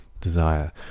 desire